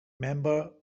member